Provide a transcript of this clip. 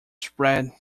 spread